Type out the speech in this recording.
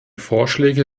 vorschläge